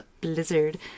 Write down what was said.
blizzard